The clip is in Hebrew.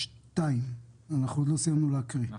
לא סיימנו להקריא את